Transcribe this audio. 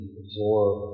absorb